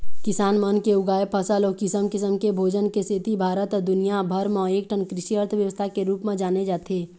किसान मन के उगाए फसल अउ किसम किसम के भोजन के सेती भारत ह दुनिया भर म एकठन कृषि अर्थबेवस्था के रूप म जाने जाथे